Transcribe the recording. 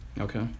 Okay